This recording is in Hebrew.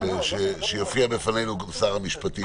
אי-אפשר שזה יהיה סיסטמתי.